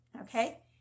Okay